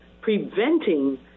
preventing